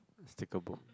sticker book